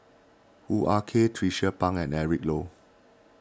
Hoo Ah Kay Tracie Pang and Eric Low